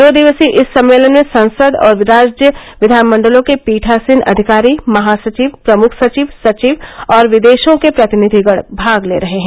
दो दिवसीय इस सम्मेलन में संसद और राज्य विधानमंडलों के पीठासीन अधिकारी महासचिव प्रमुख सचिव सचिव और विदेशों केप्रतिनिधिगण भाग ले रहे हैं